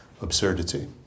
absurdity